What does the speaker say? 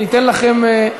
ניתן לכם,